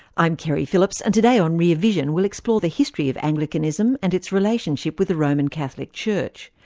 i'm keri phillips and today on rear vision we'll explore the history of anglicanism and its relationship with the roman catholic church,